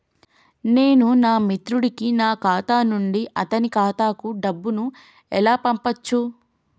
నేను నా మిత్రుడి కి నా ఖాతా నుండి అతని ఖాతా కు డబ్బు ను ఎలా పంపచ్చు?